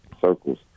circles